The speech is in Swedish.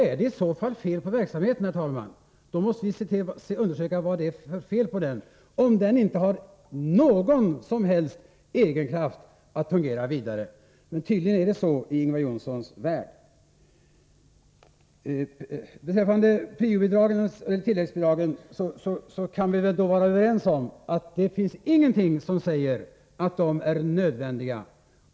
Om den inte har någon som helst egenkraft att fungera vidare, måste vi undersöka vad det är för fel på denna. Men i Ingvar Johnssons värld är det tydligen så här illa ställt. Beträffande tilläggsbidragen kan vi väl vara överens om att det inte finns någon som säger att de är nödvändiga.